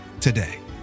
today